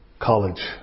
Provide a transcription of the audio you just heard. College